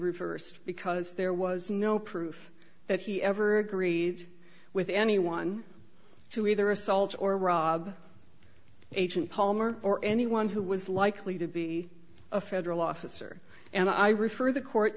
reversed because there was no proof that he ever agreed with anyone to either assault or rob agent palmer or anyone who was likely to be a federal officer and i refer the court